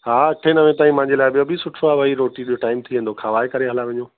हा अठे नवे ताईं मांजे ॿियों बि सुठो आहे भाई रोटीअ जो टाइम थी वेंदो खवाए करे हले वञो